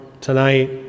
tonight